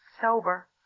sober